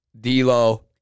D'Lo